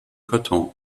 karton